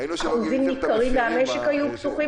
אחוזים ניכרים מהמשק היו פתוחים.